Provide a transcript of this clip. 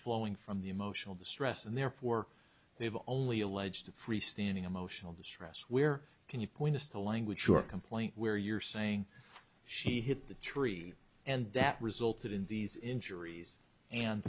flowing from the emotional distress and therefore they've only alleged freestanding emotional distress where can you point us to language your complaint where you're saying she hit the tree and that resulted in these injuries and